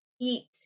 eat